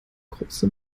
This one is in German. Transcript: große